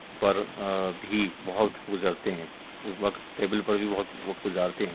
پر بھی بہت گزرتے ہیں اس وقت ٹیبل پر بھی بہت گزارتے ہیں